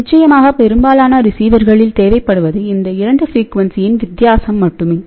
நிச்சயமாக பெரும்பாலான ரிசீவர்களில் தேவைப்படுவது இந்த 2 ஃப்ரீக்யுண்சியின் வித்தியாசம் மட்டுமே